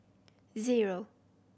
zero